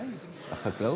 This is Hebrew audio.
איזה משרד?